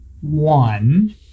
One